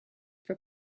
for